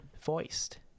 voiced